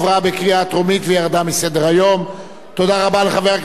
תודה רבה לחבר הכנסת עפו אגבאריה על העלאת נושא מאוד מעניין.